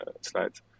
slides